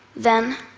then,